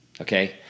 okay